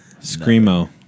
Screamo